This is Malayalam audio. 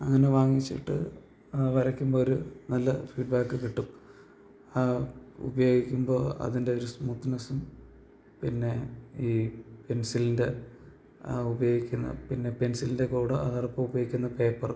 അങ്ങനെ വാങ്ങിച്ചിട്ട് വരയ്ക്കുമ്പോള് ഒരു നല്ല ഫീഡ്ബാക്ക് കിട്ടും ആ ഉപയോഗിക്കുമ്പോള് അതിൻ്റെ ഒരു സ്മൂത്ത്നെസ്സും പിന്നെ ഈ പെൻസിലിൻ്റെ ആ ഉപയോഗിക്കുന്ന പിന്നെ പെൻസിലിൻ്റെ കൂടെ അതോടൊപ്പം ഉപയോഗിക്കുന്ന പേപ്പർ